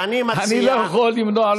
אני לא יכול למנוע,